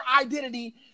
identity